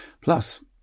Plus